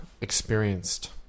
experienced